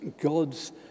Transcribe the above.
God's